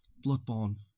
Bloodborne